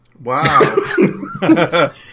Wow